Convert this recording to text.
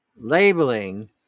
labeling